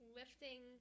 lifting